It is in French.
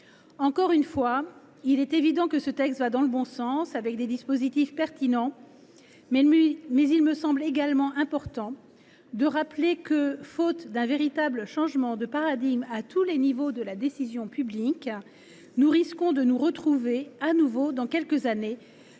entreprises. Il est évident que ce texte va dans le bon sens, en proposant des dispositifs pertinents. Il me semble toutefois également important de rappeler que, faute d’un véritable changement de paradigme à tous les échelons de la décision publique, nous risquons de nous retrouver dans quelques années